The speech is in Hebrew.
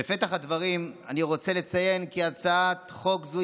בפתח הדברים אני רוצה לציין כי הצעת חוק זו